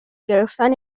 گرفتن